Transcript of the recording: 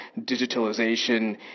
digitalization